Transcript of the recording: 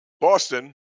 Boston